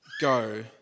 go